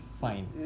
Fine